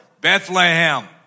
Bethlehem